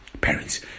parents